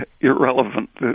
irrelevant